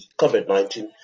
COVID-19